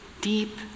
Deep